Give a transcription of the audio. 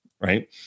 right